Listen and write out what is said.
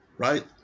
Right